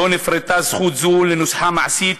לא נפרטה זכות זו לנוסחה מעשית,